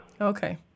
Okay